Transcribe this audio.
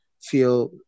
feel